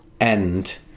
end